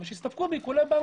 ושיסתפקו בעיקולי בנקים.